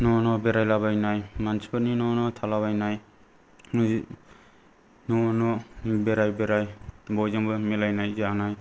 न' न' बेरायलाबायनाय मानसिफोरनि न' न' थालाबायनाय न' न' बेराय बेराय बयजोंबो मिलायनाय जानाय